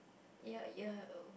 you're you're err